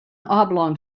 oblong